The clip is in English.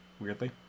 weirdly